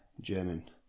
German